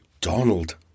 Donald